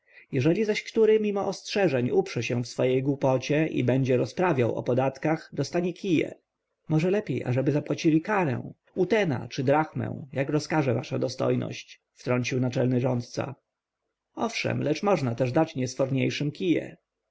jeżeli zaś który mimo ostrzeżeń uprze się w swej głupocie i będzie rozprawiał o podatkach dostanie kije może lepiej aby zapłacił karę utena czy drachmę jak rozkaże wasza dostojność wtrącił naczelny rządca owszem lecz można też dać niesforniejszym kije